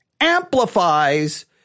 amplifies